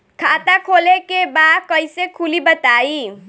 खाता खोले के बा कईसे खुली बताई?